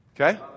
Okay